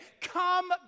come